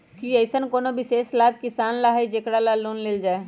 कि अईसन कोनो विशेष लाभ किसान ला हई जेकरा ला लोन लेल जाए?